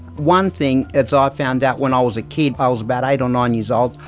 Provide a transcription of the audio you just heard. one thing, as ah i found out when i was a kid, i was about eight or nine years old,